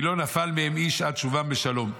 כי לא נפל מהם איש עד שובם בשלום.